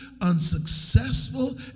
unsuccessful